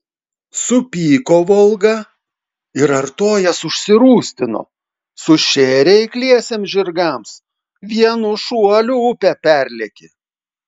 supyko volga ir artojas užsirūstino sušėrė eikliesiems žirgams vienu šuoliu upę perlėkė